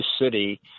city